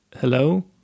Hello